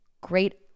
great